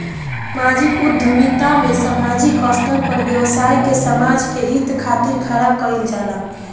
सामाजिक उद्यमिता में सामाजिक स्तर पर व्यवसाय के समाज के हित खातिर खड़ा कईल जाला